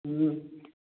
हुँ